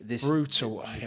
brutal